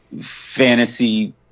fantasy